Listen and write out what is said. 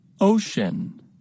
Ocean